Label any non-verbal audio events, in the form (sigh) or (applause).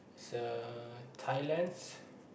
uh Thailands (breath)